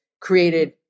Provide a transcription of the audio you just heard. created